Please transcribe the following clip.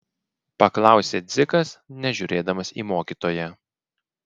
paklausė dzikas nežiūrėdamas į mokytoją